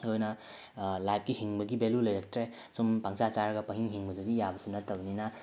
ꯑꯗꯨꯅ ꯂꯥꯏꯐꯀꯤ ꯍꯤꯡꯕꯒꯤ ꯕꯦꯂꯨ ꯂꯩꯔꯛꯇ꯭ꯔꯦ ꯁꯨꯝ ꯄꯪꯆꯥ ꯆꯥꯔꯒ ꯄꯪꯍꯤꯡ ꯍꯤꯡꯕꯗꯨꯗꯤ ꯌꯥꯕꯁꯨ ꯅꯠꯇꯕꯅꯤꯅ